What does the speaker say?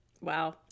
Wow